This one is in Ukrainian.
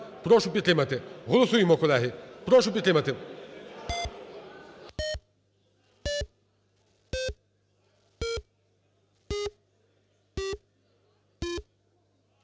прошу підтримати. Голосуємо, колеги. Прошу підтримати.